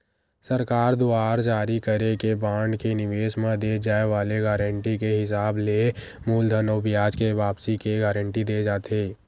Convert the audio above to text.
सरकार दुवार जारी करे के बांड के निवेस म दे जाय वाले गारंटी के हिसाब ले मूलधन अउ बियाज के वापसी के गांरटी देय जाथे